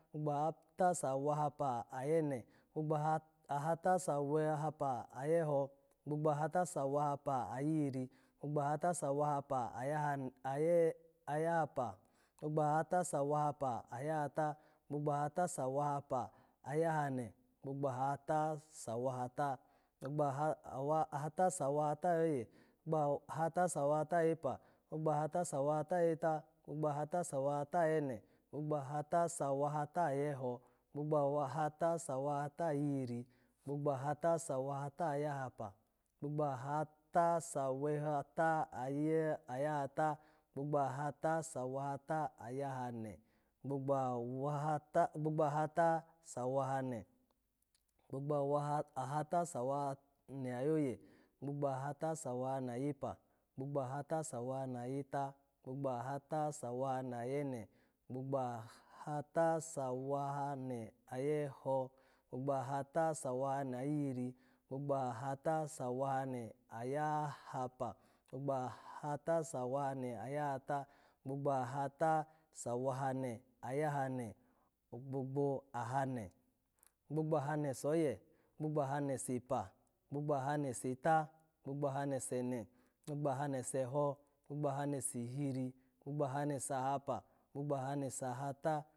Gbogbo ahata sawahapa ayene, gbogbo aha-ahata sawahapa ayeho, gbogbo ahata sawahapa ayihiri, gbogbo ahata sawahapa ayahan-aye-ayahapa, gbogbo ahata sawahapa ayahata, gbogbo ahata sawahapa ayahane, gbogbo ahata sawahata, gbogbo ahata sawahata ayoye, gbogbo ahata sawahata ayepa, gbogbo ahata sawahata ayeta, gbogbo ahata sawahata ayene, gbogbo ahata sawahata ayeho, gbogbo ahata sawahata ayihiri, gbogbo ahata sawahata ayahapa, gbogbo aha-ta sawe-hata-aye-ayahata, gbogbo ahata sawahata ayahane, gbogbo awahata-gbogbo ahata sawahane, gbogbo awaha-ahata sawa-ne ayoye, gbogbo ahata sawahane ayepa, gbogbo ahata sawahane ayeta, gbogbo ahata sawahane ayene, gbogbo ah-hata sawahane aye-ho gbogbo ahata sawahane ayihiri, gbogbo ahata sawahane aya-ahapa, gbogbo ahata sawahane ayahata, gbogbo ahata sawahane ayahane, gbogbo ahane, gbogbo ahane soye, gbogbo ahane sepa, gbogbo ahane seta, gbogbo ahane sene, gbogbo ahane seho, gbogbo ahane sihiri, gbogbo ahane sahapa, gbogbo ahane sahata